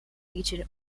region